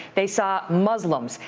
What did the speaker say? they saw muslims,